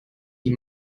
die